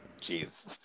Jeez